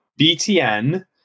BTN